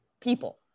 people